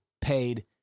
paid